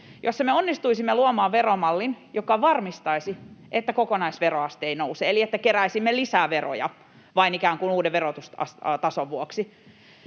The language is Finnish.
jossa me onnistuisimme luomaan veromallin, joka varmistaisi, että kokonaisveroaste ei nouse eli että emme keräisi lisää veroja vain ikään kuin uuden verotustason vuoksi,